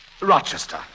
Rochester